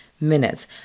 minutes